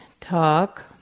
talk